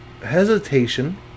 Hesitation